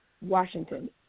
Washington